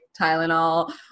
Tylenol